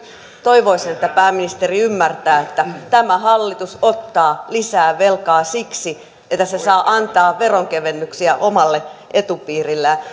toivoisin että pääministeri ymmärtää että tämä hallitus ottaa lisää velkaa siksi että se saa antaa veronkevennyksiä omalle etupiirilleen